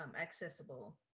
accessible